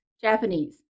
Japanese